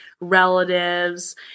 relatives